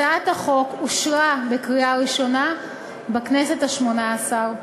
הצעת החוק אושרה בקריאה ראשונה בכנסת השמונה-עשרה.